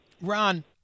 Ron